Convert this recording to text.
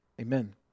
Amen